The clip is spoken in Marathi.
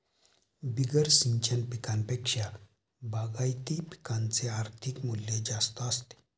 बिगर सिंचन पिकांपेक्षा बागायती पिकांचे आर्थिक मूल्य जास्त असते